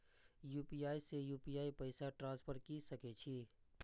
UPI से UPI पैसा transfer की सके छी?